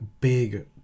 big